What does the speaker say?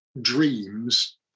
dreams